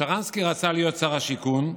שרנסקי רצה להיות שר השיכון,